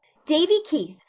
davy keith,